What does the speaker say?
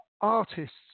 artists